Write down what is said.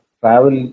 travel